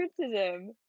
criticism